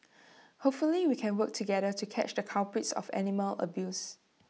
hopefully we can work together to catch the culprits of animal abuse